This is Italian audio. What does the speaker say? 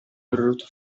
prodotto